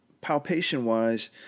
palpation-wise